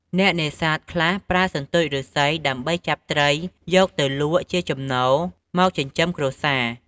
អ្នកនេសាទខ្លះប្រើសន្ទូចឬស្សី ដើម្បីចាប់ត្រីយកទៅលក់ជាចំណូលមកចិញ្ចឹមគ្រួសារ។